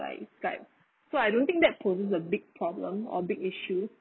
like skype so I don't think that poses a big problem or big issue